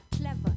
Clever